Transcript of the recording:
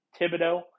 Thibodeau